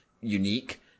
unique